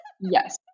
Yes